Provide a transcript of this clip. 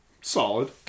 Solid